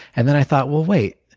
and then i thought, well, wait,